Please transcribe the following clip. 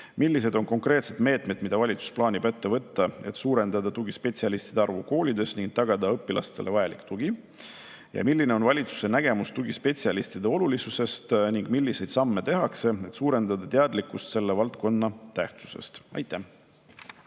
Millised on konkreetsed meetmed, mida valitsus plaanib võtta, et suurendada tugispetsialistide arvu koolides ning tagada õpilastele vajalik tugi? Milline on valitsuse nägemus tugispetsialistide olulisusest ning milliseid samme tehakse, et suurendada teadlikkust selle valdkonna tähtsusest? Aitäh!